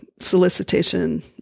solicitation